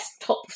desktops